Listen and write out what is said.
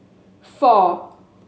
four